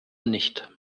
nicht